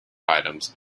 items